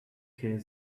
que